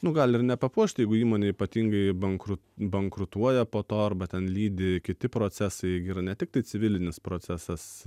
nu gali ir nepapuošti jeigu įmonė ypatingai bankru bankrutuoja po to arba ten lydi kiti procesai gi yra ne tiktai civilinis procesas